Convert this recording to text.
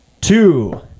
two